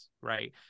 right